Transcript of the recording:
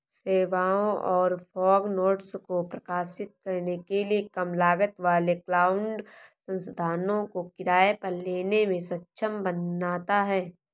सेवाओं और fog nodes को प्रकाशित करने के लिए कम लागत वाले क्लाउड संसाधनों को किराए पर लेने में सक्षम बनाता है